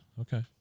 okay